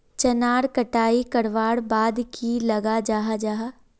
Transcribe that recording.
चनार कटाई करवार बाद की लगा जाहा जाहा?